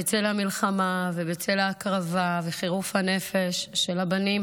בצל המלחמה ובצל ההקרבה וחירוף הנפש של הבנים